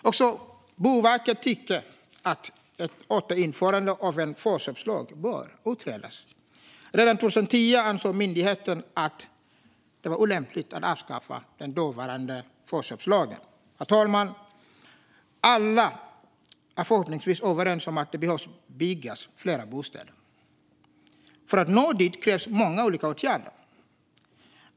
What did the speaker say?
Också Boverket tycker att ett återinförande av en förköpslag bör utredas. Redan 2010 ansåg myndigheten att det var olämpligt att avskaffa den dåvarande förköpslagen. Herr talman! Alla är förhoppningsvis överens om att det behöver byggas fler bostäder. För att nå dit krävs många olika åtgärder.